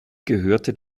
gehörte